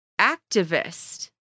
activist